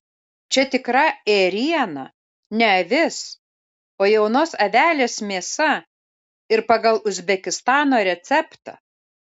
čia tikra ėriena ne avis o jaunos avelės mėsa ir pagal uzbekistano receptą